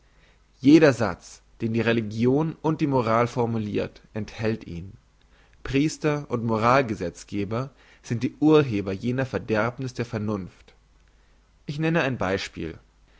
jeder satz den die religion und die moral formulirt enthält ihn priester und moral gesetzgeber sind die urheber jener verderbniss der vernunft ich nehme ein beispiel